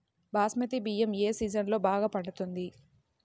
బాస్మతి బియ్యం ఏ సీజన్లో బాగా పండుతుంది?